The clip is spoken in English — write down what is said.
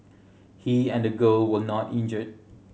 he and the girl were not injured